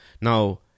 Now